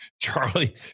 Charlie